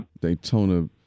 Daytona